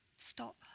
stop